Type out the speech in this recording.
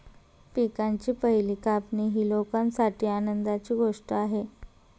पिकांची पहिली कापणी ही लोकांसाठी आनंदाची गोष्ट आहे